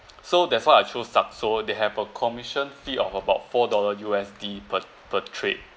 so that's why I chose Saxo they have a commission fee of about four dollar U_S_D per per trade